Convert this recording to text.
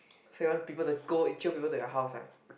so you want people to go and jio people to your house ah